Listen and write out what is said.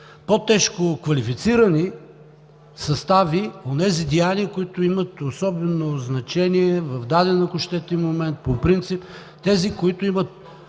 по-тежко квалифицирани състави онези деяния, които имат особено значение в даден, ако щете, момент, по принцип, тези явления, които имат